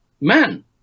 man